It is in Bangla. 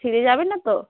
ছিঁড়ে যাবে না তো